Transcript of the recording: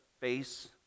face